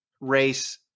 race